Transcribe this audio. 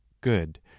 good